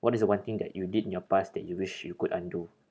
what is the one thing that you did in your past that you wish you could undo